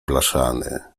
blaszany